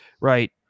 right